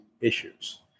issues